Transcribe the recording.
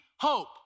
Hope